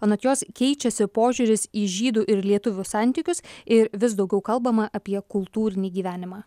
anot jos keičiasi požiūris į žydų ir lietuvių santykius ir vis daugiau kalbama apie kultūrinį gyvenimą